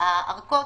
שהארכות